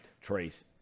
trace